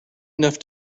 enough